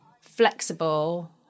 flexible